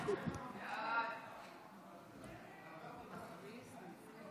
ההצעה להעביר את הצעת חוק הזכות לשכר ביום הבחירות (תיקוני חקיקה),